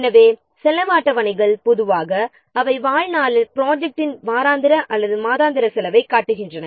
எனவே செலவு அட்டவணைகள் பொதுவாக அவை வாழ்நாளில் ப்ரொஜெக்ட்டின் வாராந்திர அல்லது மாதாந்திர செலவைக் காட்டுகின்றன